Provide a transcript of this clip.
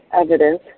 evidence